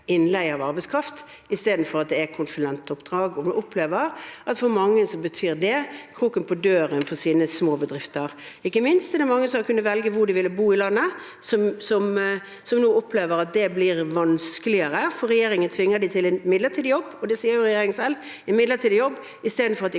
innleie av arbeidskraft, istedenfor at det er konsulentoppdrag. Vi opplever at det for mange betyr kroken på døren for deres små bedrifter. Ikke minst er det mange som har kunnet velge hvor de vil bo i landet, som nå opplever at det blir vanskeligere, for regjeringen tvinger dem til en midlertidig jobb – det sier jo regjeringen selv – istedenfor at de